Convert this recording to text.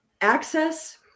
access